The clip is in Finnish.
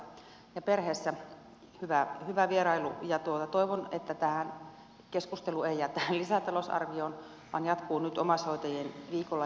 toivon että tämä keskustelu ei jää tähän lisätalousarvioon vaan jatkuu nyt omaishoitajien viikolla